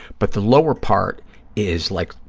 but the lower part is like,